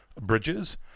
Bridges